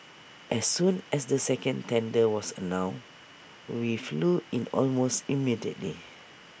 as soon as the second tender was announced we flew in almost immediately